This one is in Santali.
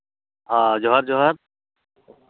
ᱦᱮᱸ ᱡᱚᱦᱟᱨ ᱡᱚᱦᱟᱨ